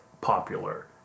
popular